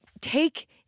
take